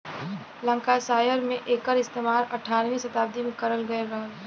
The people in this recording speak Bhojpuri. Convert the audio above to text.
लंकासायर में एकर इस्तेमाल अठारहवीं सताब्दी में करल गयल रहल